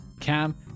Cam